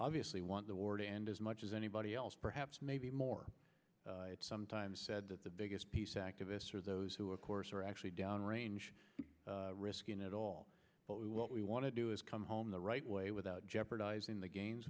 obviously want the war to end as much anybody else perhaps maybe more it's sometimes said that the biggest peace activists are those who of course are actually down range risking it all but we what we want to do is come home the right way without jeopardizing the ga